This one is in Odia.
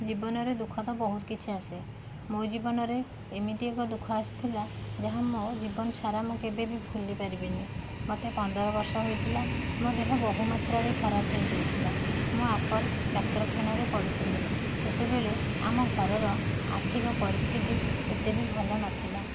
ଜୀବନରେ ଦୁଃଖ ତ ବହୁତ କିଛି ଆସେ ମୋ ଜୀବନରେ ଏମିତି ଏକ ଦୁଃଖ ଆସିଥିଲା ଯାହା ମୋ ଜୀବନ ସାରା ମୁଁ କେବେ ବି ଭୁଲି ପାରିବିନି ମୋତେ ପନ୍ଦର ବର୍ଷ ହୋଇଥିଲା ମୋ ଦେହ ବହୁ ମାତ୍ରାରେ ଖରାପ ହୋଇଯାଇଥିଲା ମୁଁ ଆପଲ ଡାକ୍ତରଖାନାରେ ପଡ଼ିଥିଲି ସେତେବେଳେ ଆମ ଘରର ଆର୍ଥିକ ପରିସ୍ଥିତି ଏତେ ବି ଭଲ ନଥିଲା